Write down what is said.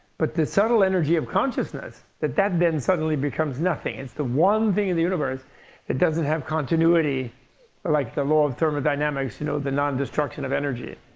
but the subtle energy of consciousness, that that then suddenly becomes nothing. it's the one thing in the universe that doesn't have continuity like the law of thermodynamics, you know the non-destruction of energy.